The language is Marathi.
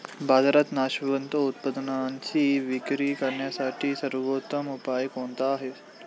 बाजारात नाशवंत उत्पादनांची विक्री करण्यासाठी सर्वोत्तम उपाय कोणते आहेत?